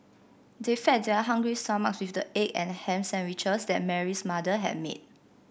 they fed their hungry stomachs with the egg and ham sandwiches that Mary's mother had made